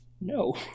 No